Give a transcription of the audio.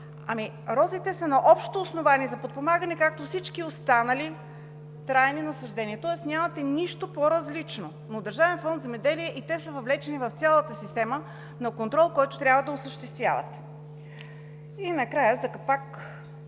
ами, розите са на общо основание за подпомагане, както и всички останали трайни насаждения, тоест нямате нищо по-различно, но Държавен фонд „Земеделие“ и те са въвлечени в цялата система на контрол, който трябва да осъществяват. И накрая, за капак